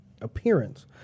appearance